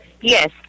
Yes